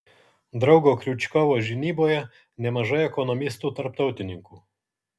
draugo kriučkovo žinyboje nemažai ekonomistų tarptautininkų